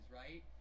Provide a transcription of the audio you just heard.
right